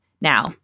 Now